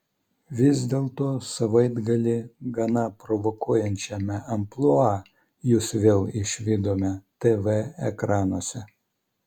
vis dėlto savaitgalį gana provokuojančiame amplua jus vėl išvydome tv ekranuose